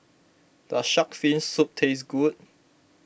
does Shark's Fin Soup taste good